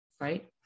right